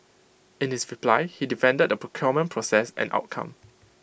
in his reply he defended the procurement process and outcome